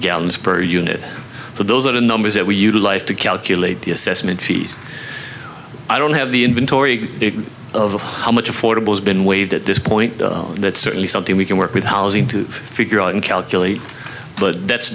gallons per unit so those are the numbers that we utilize to calculate the assessment fees i don't have the inventory of how much affordable has been waived at this point that's certainly something we can work with housing to figure out and calculate but that's